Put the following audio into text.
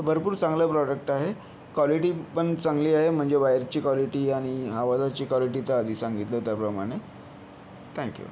तर भरपूर चांगलं प्रॉडक्ट आहे क्वालिटी पण चांगली आहे म्हणजे वायरची क्वालिटी आणि आवाजाची क्वालिटी तर आधी सांगितलं त्याप्रमाणे थँक्यू